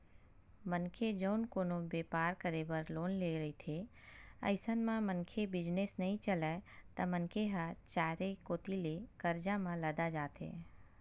मनखे जउन कोनो बेपार करे बर लोन ले रहिथे अइसन म मनखे बिजनेस नइ चलय त मनखे ह चारे कोती ले करजा म लदा जाथे